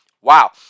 Wow